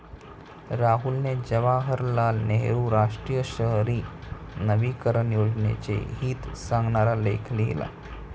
राहुलने जवाहरलाल नेहरू राष्ट्रीय शहरी नवीकरण योजनेचे हित सांगणारा लेख लिहिला